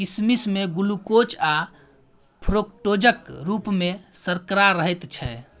किसमिश मे ग्लुकोज आ फ्रुक्टोजक रुप मे सर्करा रहैत छै